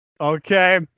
Okay